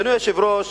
אדוני היושב-ראש,